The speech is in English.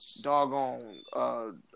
doggone